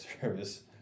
service